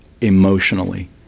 emotionally